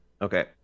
okay